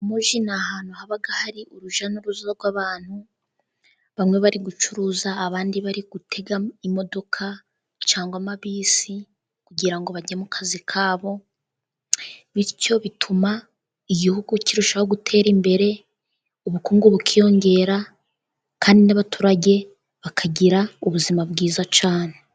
Umujyi ni ahantu haba hari urujya n'uruza rw'abantu, bamwe bari gucuruza abandi bari gutega imodoka, cyangwa amabisi kugirango bajye mu kazi kabo, bityo bituma igihugu kirushaho gutera imbere, ubukungu bukiyongera kandi n'abaturage bakagira ubuzima bwiza cyane.